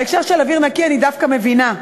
בהקשר של אוויר נקי אני דווקא מבינה,